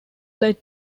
led